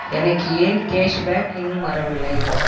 எனக்கு ஏன் கேஷ்பேக் இன்னும் வரவில்லை